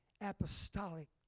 apostolic